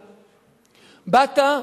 באת,